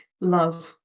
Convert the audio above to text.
love